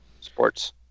Sports